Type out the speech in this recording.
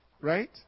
Right